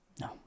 No